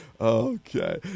Okay